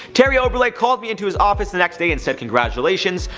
terry oberle like called me into his office the next day and said, congratulations,